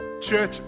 church